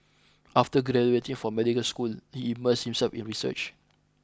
after graduating from medical school he immersed himself in research